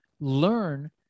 learn